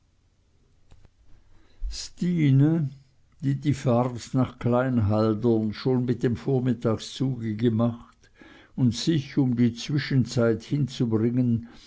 die die fahrt nach klein haldern schon mit dem vormittagszuge gemacht und sich um die zwischenzeit hinzubringen